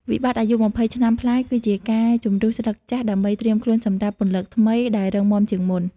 វិបត្តិអាយុ២០ឆ្នាំប្លាយគឺជាការ "ជម្រុះស្លឹកចាស់" ដើម្បីត្រៀមខ្លួនសម្រាប់ "ពន្លកថ្មី" ដែលរឹងមាំជាងមុន។